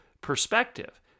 perspective